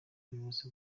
ubuyobozi